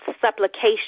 supplication